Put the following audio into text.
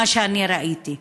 מה שאני ראיתי.